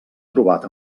trobat